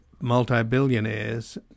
multi-billionaires